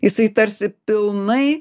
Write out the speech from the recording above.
jisai tarsi pilnai